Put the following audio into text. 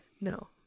No